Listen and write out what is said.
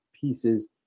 pieces